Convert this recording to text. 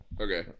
Okay